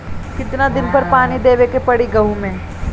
कितना दिन पर पानी देवे के पड़ी गहु में?